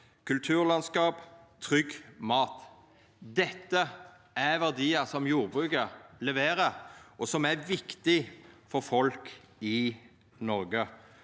kulturlandskap og trygg mat. Dette er verdiar som jordbruket leverer, og som er viktige for folk i Noreg.